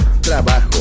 trabajo